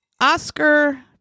Oscar